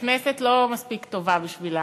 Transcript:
הכנסת לא מספיק טובה בשבילם,